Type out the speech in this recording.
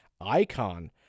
Icon